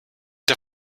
der